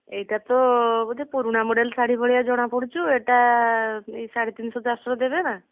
ଏଇଟା ତ ବୋଧେ ପୁରୁଣା ମଡ଼େଲ ଶାଢ଼ୀ ଭଳିଆ ଜଣା ପଡ଼ୁଛି ଏଇଟା ଏଇ ସାଢ଼େ ତିନିଶହ ଚାରିଶହ ଭିତରେ ଦେବେ ନା